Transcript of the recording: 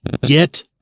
get